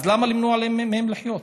אז למה למנוע מהם לחיות?